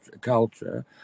culture